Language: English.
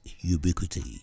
Ubiquity